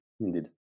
indeed